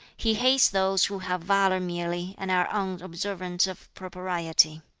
he hates those who have valour merely, and are unobservant of propriety.